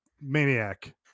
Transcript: Maniac